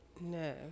No